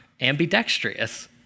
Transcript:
ambidextrous